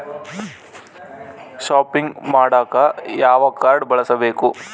Shopping ಮಾಡಾಕ ಯಾವ card ಬಳಸಬೇಕು?